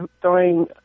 throwing